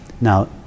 Now